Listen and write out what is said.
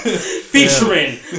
Featuring